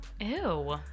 Ew